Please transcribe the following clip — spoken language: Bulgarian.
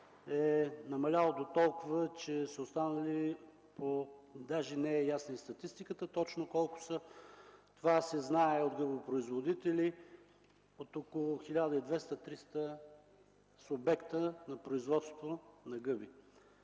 е намалял дотолкова, че са останали (даже не е ясно и от статистиката точно колко са), това се знае от гъбопроизводителите, около 1200-1300 субекти на производство на гъби.